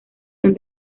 son